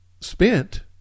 spent